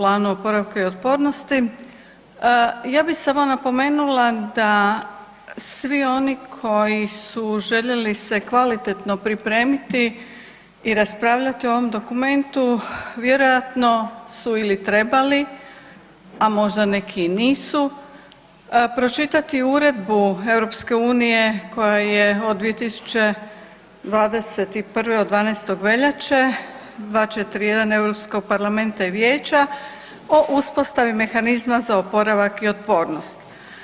Ja bi samo napomenula da svi oni koji su željeli se kvalitetno pripremiti i raspravljati o ovom dokumentu vjerojatno su ili trebali, a možda neki i nisu, pročitati Uredbu EU koja je od 2021. od 12. veljače, 241 Europskog parlamenta i vijeća o uspostavi Mehanizma za oporavak i otpornost.